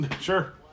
Sure